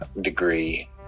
degree